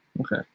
Okay